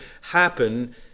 happen